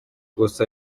gusa